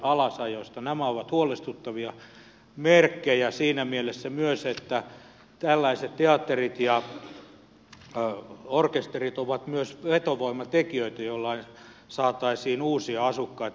nämä ovat huolestuttavia merkkejä siinä mielessä myös että tällaiset teatterit ja orkesterit ovat myös vetovoimatekijöitä joilla saataisiin uusia asukkaita